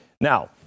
Now